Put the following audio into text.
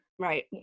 Right